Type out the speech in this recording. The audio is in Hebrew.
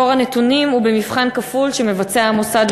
מקור הנתונים הוא במבחן כפול שמבצע המוסד